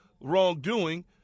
wrongdoing